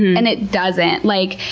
and it doesn't like